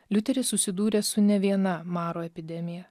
liuteris susidūrė su ne viena maro epidemija